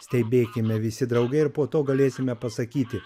stebėkime visi drauge ir po to galėsime pasakyti